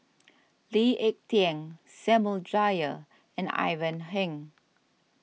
Lee Ek Tieng Samuel Dyer and Ivan Heng